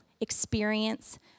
experience